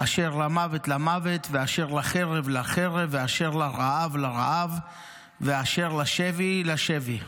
אשר למָוֶת למָוֶת ואשר לחרב לחרב ואשר לרעב לרעב ואשר לשבי לשבי'.